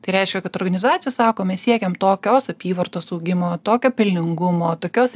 tai reiškia kad organizacija sako mes siekiam tokios apyvartos augimo tokio pelningumo tokios